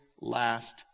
last